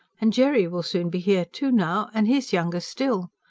and jerry will soon be here too, now, and he's younger still.